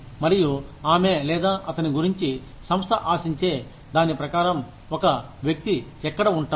మరియు ఆమె లేదా అతని గురించి సంస్థ ఆశించే దాని ప్రకారం ఒక వ్యక్తి ఎక్కడ ఉంటారు